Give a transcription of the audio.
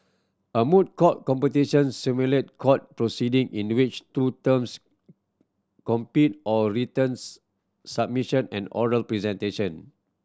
a moot court competition simulate court proceeding in which two teams compete on written submission and oral presentation